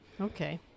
Okay